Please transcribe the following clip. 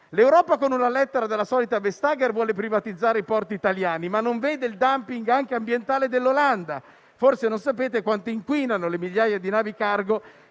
L'Europa, con una lettera della solita Vestager, vuole privatizzare i porti italiani, ma non vede il *dumping* anche ambientale dell'Olanda. Forse non sapete quanto inquinano le migliaia di navi cargo